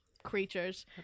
creatures